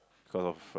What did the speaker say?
cause of uh